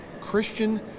Christian